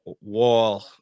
Wall